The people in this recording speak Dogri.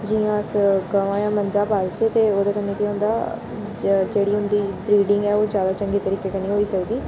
जियां अस गमां जां मंजां पालचै ते ओह्दे कन्नै केह् होंदा जेह्ड़ी उं'दी ब्रीडिंग ऐ ओह् ज्यादा चंगे तरीके कन्नै होई सकदी